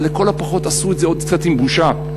אבל לכל הפחות עשו את זה עוד קצת עם בושה.